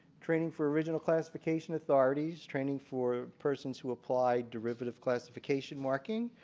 training for original classification authorities, training for persons who apply derivative classification markings,